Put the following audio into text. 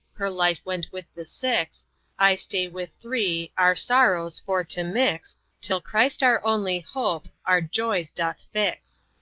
her life went with the six i stay with three our sorrows for to mix till christ our only hope, our joys doth fix.